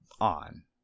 on